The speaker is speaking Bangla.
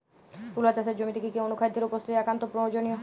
তুলা চাষের জমিতে কি কি অনুখাদ্যের উপস্থিতি একান্ত প্রয়োজনীয়?